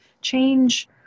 change